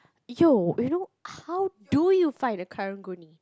yo you know how do you find a karang-guni